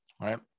right